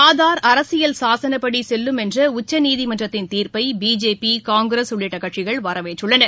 ஆதார் அரசியல் சாசனப்படி செல்லும் என்ற உச்சநீதிமன்றத்தின் தீர்ப்பை பிஜேபி காங்கிரஸ் உள்ளிட்ட கட்சிகள் வரவேற்றுள்ளன